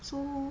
so